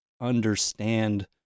understand